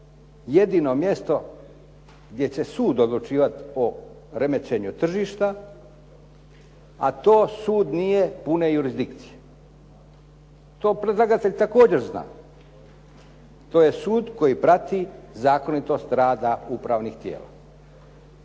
jedino mjesto gdje će sud odlučivati o remećenju tržišta a to sud nije pune jurizdikcije. To predlagatelj također zna. To je sud koji prati zakonitost rada upravnih tijela.